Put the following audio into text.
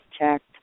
checked